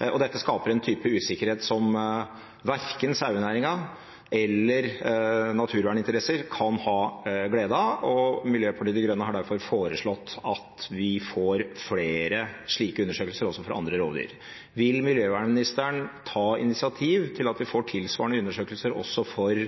er. Dette skaper en type usikkerhet som verken sauenæringen eller naturverninteresser kan ha glede av, og Miljøpartiet De Grønne har derfor foreslått at vi får flere slike undersøkelser også når det gjelder andre rovdyr. Vil miljøministeren ta initiativ til at vi får tilsvarende undersøkelser også for